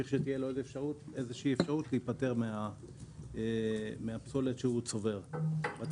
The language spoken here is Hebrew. יש לייצר אפשרות להיפטר מהאשפה במקרים אלו.